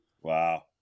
Wow